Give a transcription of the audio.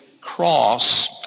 cross